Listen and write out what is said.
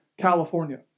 California